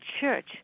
church